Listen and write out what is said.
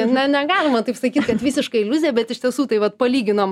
na negalima taip sakyt kad visiška iliuzija bet iš tiesų tai vat palyginom